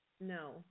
No